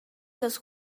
los